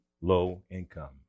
low-income